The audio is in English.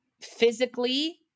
physically